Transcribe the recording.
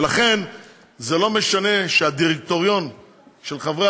ולכן זה לא משנה שהדירקטוריון של חברי